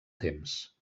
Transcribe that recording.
temps